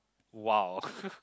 !wow!